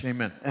Amen